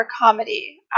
comedy